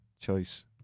choice